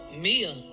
mia